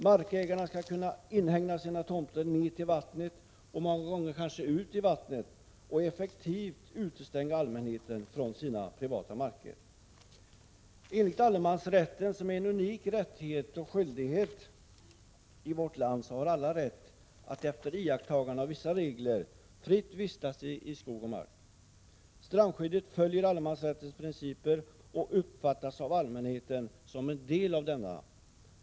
Markägarna skall kunna inhägna sina tomter ned till vattnet, många gånger kanske ut i vattnet, och effektivt utestänga allmänheten från sina privata marker. Enligt allemansrätten, som medför unika rättigheter och skyldigheter, har alla rätt att med iakttagande av vissa regler fritt vistas i skog och mark. Strandskyddet följer allemansrättens principer och uppfattas av allmänheten som en del av denna.